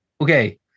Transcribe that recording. Okay